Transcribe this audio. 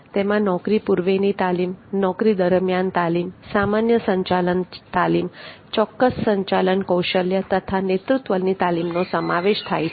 તેમાં નોકરી પૂર્વેની તાલીમ નોકરી દરમિયાન તાલીમ સામાન્ય સંચાલન તાલીમ ચોક્કસ સંચાલન કૌશલ્ય તથા નેતૃત્વની તાલીમનો સમાવેશ થાય છે